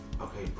Okay